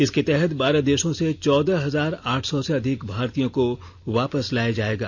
इसके तहत बारह देशों से चौदह हजार आठ सौ से अधिक भारतीयों को वापस लाया जाएगा